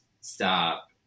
stop